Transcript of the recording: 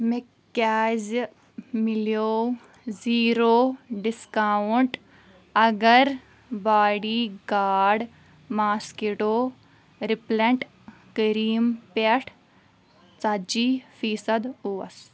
مےٚ کیٛازِ مِلیٚو زیرو ڈسکاونٛٹ اگر body guard mosquito repellent cream پٮ۪ٹھ ژتجی فی صد اوس